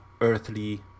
Earthly